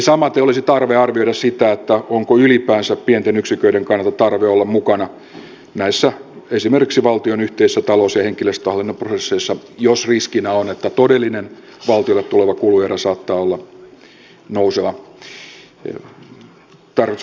samaten olisi tarve arvioida sitä onko ylipäänsä pienten yksiköiden kannalta tarve olla mukana esimerkiksi näissä valtion yhteisissä talous ja henkilöstöhallinnon prosesseissa jos riskinä on että todellinen valtiolle tuleva kuluerä saattaa olla nouseva